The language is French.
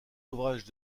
ouvrages